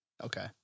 okay